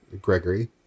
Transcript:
Gregory